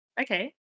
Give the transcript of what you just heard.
Okay